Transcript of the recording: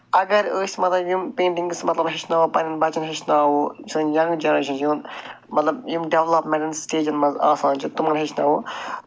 اَگر أسۍ مطلب یِم پینٹٕنگٕس مطلب ہیٚچھناوو پَنٕنٮ۪ن بَچن ہیٚچھناوو یِم سٲنۍ یَنٛگ جنریشَن چھِ یِم مطلب یِم ڈیولپمٮ۪ٛنٹن سِٹیجَن منٛز آسان چھِ تِمَن ہیٚچھناوو